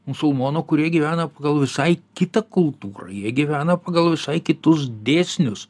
musulmonų kurie gyvena pagal visai kitą kultūrą jie gyvena pagal visai kitus dėsnius